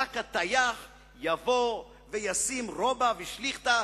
ברק הטייח יבוא וישים רובה ושליכטה,